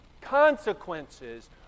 consequences